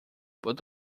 but